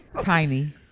Tiny